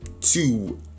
two